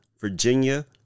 Virginia